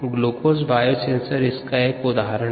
glucose biosensor इसका एक उदाहरण है